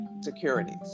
securities